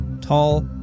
tall